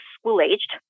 school-aged